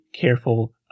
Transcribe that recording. careful